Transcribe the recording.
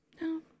No